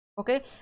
okay